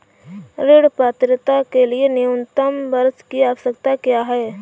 ऋण पात्रता के लिए न्यूनतम वर्ष की आवश्यकता क्या है?